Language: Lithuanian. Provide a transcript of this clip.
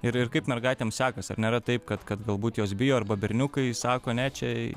ir ir kaip mergaitėms sekas ar nėra taip kad kad galbūt jos bijo arba berniukai sako ne čia